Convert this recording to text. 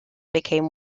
became